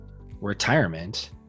retirement